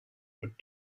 would